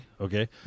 okay